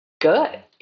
good